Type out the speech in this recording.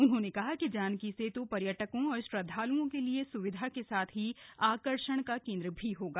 उन्होंने कहा कि जानकी सेतु पर्यटकों और श्रद्धाल्ओं के लिए सुविधा के साथ आकर्षण का केन्द्र भी होगा